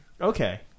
Okay